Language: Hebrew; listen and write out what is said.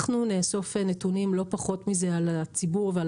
אנחנו נאסוף נתונים לא פחות מכך על הציבור ועל